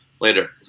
later